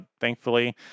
thankfully